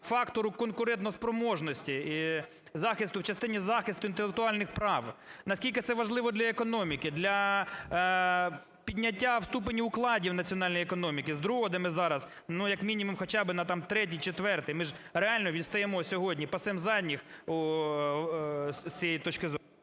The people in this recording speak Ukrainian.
фактору конкурентоспроможності і захисту в частині захисту інтелектуальних прав, наскільки це важливо для економіки, для підняття в ступені укладів національної економіки з другого, де ми зараз, ну, як мінімум, хоча би на, там третій-четвертий. Ми ж реально відстаємо сьогодні, пасем задніх з цієї точки…